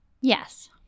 Yes